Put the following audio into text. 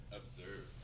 observe